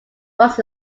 was